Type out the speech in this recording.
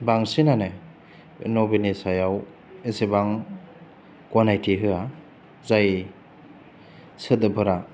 बांसिनानो नभेलनि सायाव एसेबां गनायथि होआ जाय सोदोबफोरा